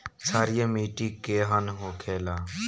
क्षारीय मिट्टी केहन होखेला?